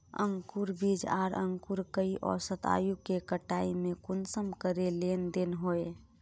अंकूर बीज आर अंकूर कई औसत आयु के कटाई में कुंसम करे लेन देन होए?